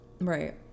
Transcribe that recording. Right